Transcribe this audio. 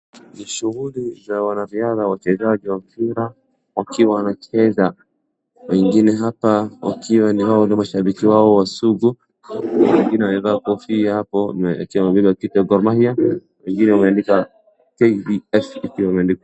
Ni shughuli za wanariadha wachezaji wa mpira wakiwa wanacheza. Wengine hapa wakiwa ni hawa ndiyo mashabiki wao wasugu. Wengine wamevaa kofia hapo ikiwa imeandikwa kitu ya Gor Mahia wengine wameandika KDF ikiwa imeandikwa.